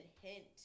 hint